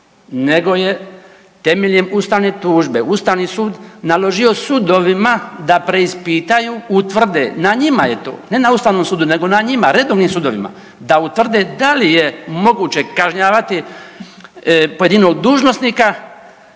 nego je temeljem Ustavne tužbe, Ustavni sud naložio sudovima da preispitaju, utvrde, na njima je to. Ne na Ustavnom sudu, nego na njima, na redovnim sudovima da utvrde da li je moguće kažnjavati pojedinog dužnosnika